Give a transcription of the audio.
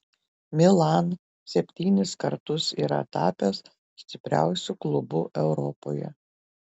milan septynis kartus yra tapęs stipriausiu klubu europoje